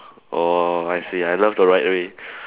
oh I see I love the right way